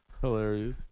Hilarious